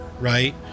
Right